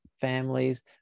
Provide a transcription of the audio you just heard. families